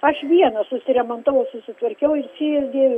aš viena susiremontavau susitvarkiau ir sijas dėjau